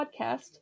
Podcast